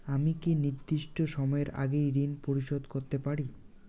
আমি কি নির্দিষ্ট সময়ের আগেই ঋন পরিশোধ করতে পারি?